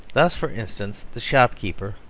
thus, for instance, the shopkeeper,